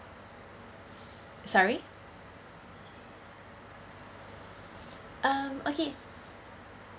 sorry um okay